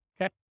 okay